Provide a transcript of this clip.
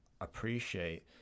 appreciate